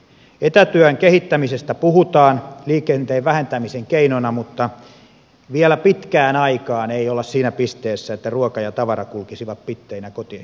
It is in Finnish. etätyön kehittämisestä puhutaan liikenteen vähentämisen keinona mutta vielä pitkään aikaan ei olla siinä pisteessä että ruoka ja tavara kulkisivat bitteinä kotiin saakka